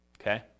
Okay